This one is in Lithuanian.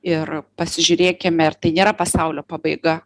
ir pasižiūrėkime ir tai nėra pasaulio pabaiga